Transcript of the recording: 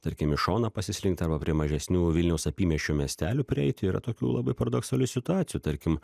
tarkim į šoną pasislinkt arba prie mažesnių vilniaus apymiesčio miestelių prieiti yra tokių labai paradoksalių situacijų tarkim